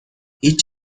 هیچ